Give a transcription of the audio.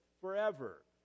forever